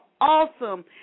awesome